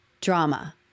drama